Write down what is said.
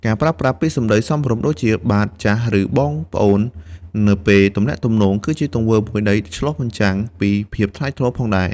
ការប្រើប្រាស់ពាក្យសម្ដីសមរម្យដូចជា "បាទ/ចាស" ឬ "បង/ប្អូន" នៅពេលទំនាក់ទំនង គឺជាទង្វើមួយដែលឆ្លុះបញ្ចាំងពីភាពថ្លៃថ្នូរផងដែរ។